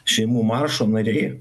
šeimų maršo nariai